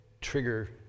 trigger